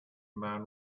man